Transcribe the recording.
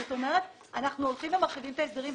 זאת אומרת אנחנו הולכים ומרחיבים את ההסדרים.